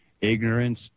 ignorance